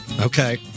Okay